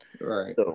Right